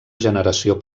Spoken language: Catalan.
generació